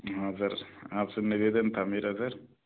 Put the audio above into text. हाँ सर आपसे निवेदन था मेरा सर